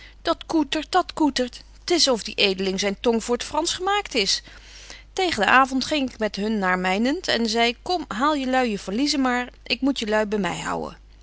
dat koetert dat koetert t is of die edeling zyn tong voor t fransch gemaakt is tegen den avond ging ik met hun naar mynent en zei komt haal je lui je valiezen maar ik moet je lui by my houden